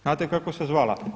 Znate kako se zvala?